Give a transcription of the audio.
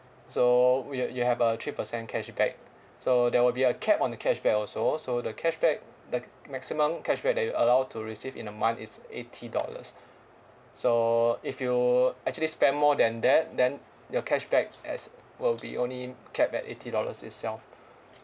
so we you have a three percent cashback so there will be a cap on the cashback also so the cashback the maximum cashback that you're allowed to receive in a month is eighty dollars so if you actually spend more than that then your cashback as will be only capped at eighty dollars itself